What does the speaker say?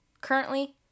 Currently